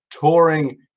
touring